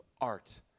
art